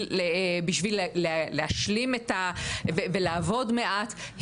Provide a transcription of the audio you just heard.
בשביל להשלים ולעבוד מעט,